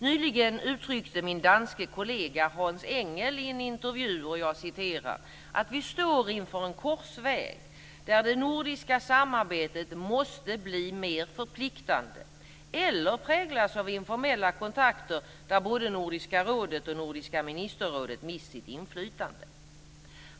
Nyligen uttryckte min danske kollega Hans Engell i en intervju "att vi står inför en korsväg där det nordiska samarbetet måste bli mer förpliktande eller präglas av informella kontakter där både Nordiska rådet och Nordiska ministerrådet mist sitt inflytande".